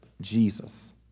Jesus